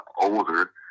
older